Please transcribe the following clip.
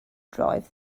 drive